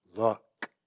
Look